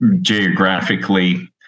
geographically